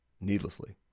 needlessly